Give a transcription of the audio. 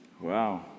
Wow